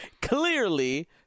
clearly